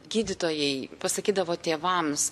gydytojai pasakydavo tėvams